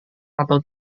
atau